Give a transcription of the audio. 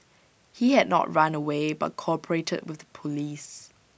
he had not run away but cooperated with the Police